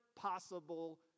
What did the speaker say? possible